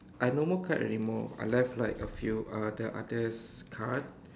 I no more card anymore unless like a few uh the others card